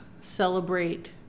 celebrate